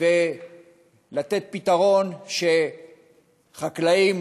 ולתת פתרון שחקלאים